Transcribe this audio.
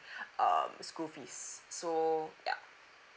um school fees so yeah